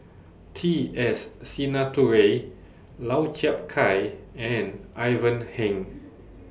T S Sinnathuray Lau Chiap Khai and Ivan Heng